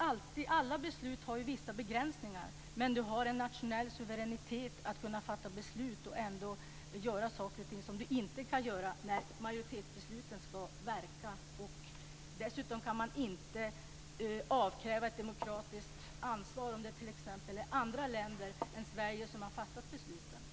Alla beslut har ju vissa begränsningar, men du har en nationell suveränitet att kunna fatta beslut och ändå göra saker och ting som du inte kan göra när majoritetsbesluten ska verka. Dessutom kan man inte avkräva ett demokratiskt ansvar om det t.ex. är andra länder än Sverige som har fattat besluten.